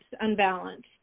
unbalanced